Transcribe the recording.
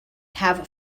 have